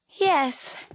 Yes